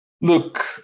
Look